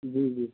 جی جی